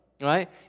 Right